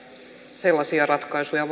sellaisia ratkaisuja